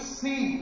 see